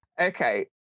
Okay